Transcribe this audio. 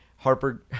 Harper